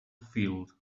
field